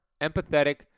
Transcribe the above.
empathetic